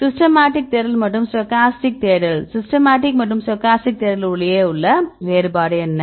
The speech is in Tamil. சிஸ்டமேட்டிக் தேடல் மற்றும் ஸ்டோக்காஸ்டிக் தேடல் சிஸ்டமேட்டிக் மற்றும் ஸ்டோக்காஸ்டிக் தேடல் இடையே உள்ள வேறுபாடு என்ன